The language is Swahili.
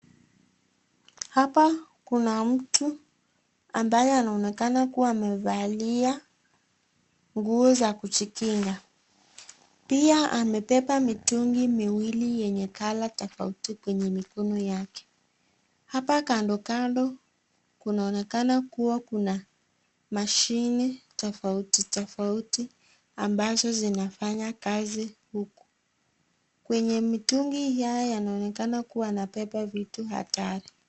Hapa kuna mtu ambaye anaonekana kuwa amevalia nguo za kujikinga. Pia amebeba mitungi miwili yenye colour tofauti kwenye mikono yake. Hapa kando kando kunaonekana kuwa kuna mashine tofauti tofauti ambazo zinafanya kazi huku. Kwenye mitungi haya kunaonekana kuwa anabeba vitu hatari.